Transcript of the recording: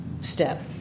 step